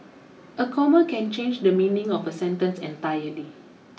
a comma can change the meaning of a sentence entirely